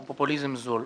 הוא פופוליזם זול.